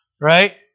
Right